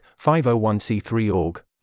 501c3.org